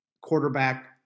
quarterback